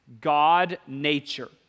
God-nature